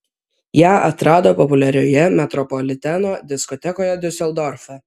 ją atrado populiarioje metropoliteno diskotekoje diuseldorfe